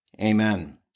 Amen